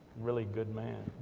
really good man.